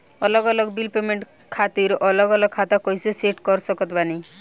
अलग अलग bill payment खातिर अलग अलग खाता कइसे सेट कर सकत बानी?